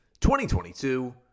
2022